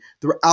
throughout